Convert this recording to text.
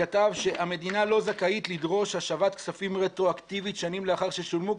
כתב שהמדינה לא זכאית לדרוש השבת כספים רטרואקטיבית שנים לאחר ששולמו,